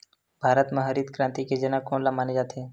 भारत मा हरित क्रांति के जनक कोन ला माने जाथे?